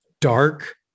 dark